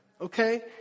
Okay